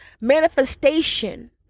manifestation